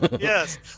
Yes